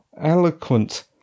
eloquent